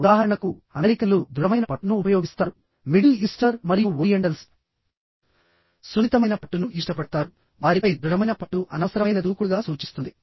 ఉదాహరణకు అమెరికన్లు దృఢమైన పట్టును ఉపయోగిస్తారు మిడిల్ ఈస్టర్ మరియు ఓరియంటల్స్ సున్నితమైన పట్టును ఇష్టపడతారు వారిపై దృఢమైన పట్టు అనవసరమైన దూకుడుగా సూచిస్తుంది